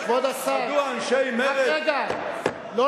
כבוד השר, מדוע אנשי מרצ, רק רגע.